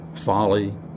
folly